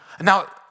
Now